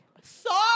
sorry